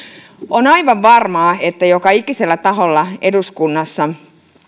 on aivan varmaa että joka ikisellä taholla eduskunnassa